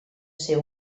ser